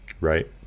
right